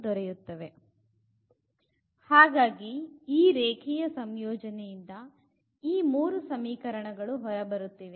ಹಾಗಾಗಿ ಈ ರೇಖೀಯ ಸಂಯೋಜನೆಯಿಂದ ಈ ಮೂರು ಸಮೀಕರಣಗಳು ಹೊರಬರುತ್ತಿವೆ